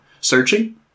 Searching